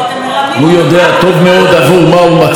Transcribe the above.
הוא יודע טוב מאוד עבור מה הוא מצביע,